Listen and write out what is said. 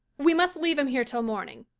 we must leave him here till morning,